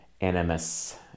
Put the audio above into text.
animus